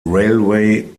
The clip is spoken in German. railway